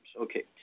Okay